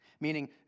Meaning